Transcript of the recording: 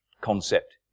concept